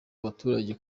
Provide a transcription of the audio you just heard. abaturage